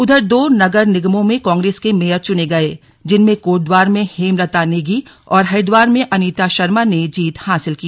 उधर दो नगर निगमों में कांग्रेस के मेयर चुने गए जिनमें कोटद्वार में हेमलता नेगी और हरिद्वार में अनीता शर्मा ने जीत हासिल की